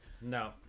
no